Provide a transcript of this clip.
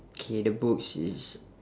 K the books is